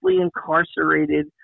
incarcerated